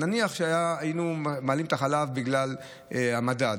נניח שהיינו מעלים את החלב בגלל המדד.